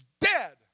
dead